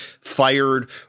fired